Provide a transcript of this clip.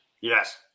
Yes